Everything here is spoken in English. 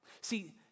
See